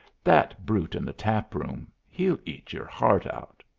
that brute in the tap-room he'll eat your heart out.